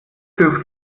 für